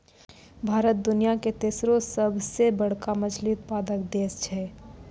भारत दुनिया के तेसरो सभ से बड़का मछली उत्पादक देश छै